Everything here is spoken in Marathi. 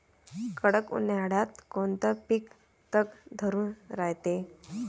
कडक उन्हाळ्यात कोनचं पिकं तग धरून रायते?